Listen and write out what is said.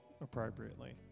appropriately